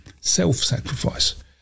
self-sacrifice